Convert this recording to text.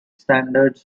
standards